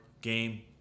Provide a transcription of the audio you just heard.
game